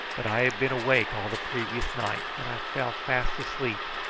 but i had been awake all the previous night, and i fell fast asleep,